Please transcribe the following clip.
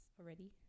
already